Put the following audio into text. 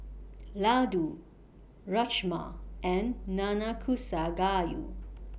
Ladoo Rajma and Nanakusa Gayu